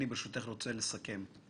אני רוצה לסכם.